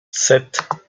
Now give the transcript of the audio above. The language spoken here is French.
sept